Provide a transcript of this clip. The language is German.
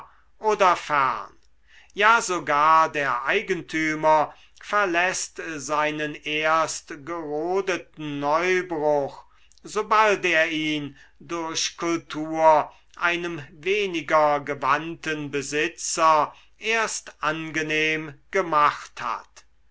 oder fern ja sogar der eigentümer verläßt seinen erst gerodeten neubruch sobald er ihn durch kultur einem weniger gewandten besitzer erst angenehm gemacht hat